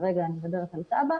כרגע אני מדברת על תב"א,